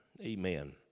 amen